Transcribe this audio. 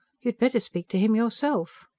had better speak to him yourself.